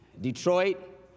Detroit